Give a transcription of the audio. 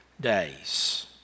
days